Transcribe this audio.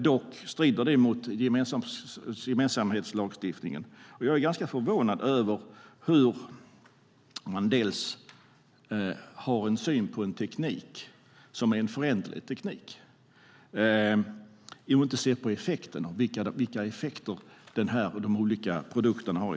Dock strider det mot gemensamhetslagstiftningen. Jag är ganska förvånad över hur man har en syn på en teknik som är föränderlig där man inte i stället ser på vilka effekter de olika produkterna har.